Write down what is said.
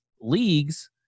leagues